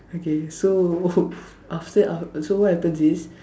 okay so after that uh so what happens is